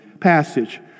passage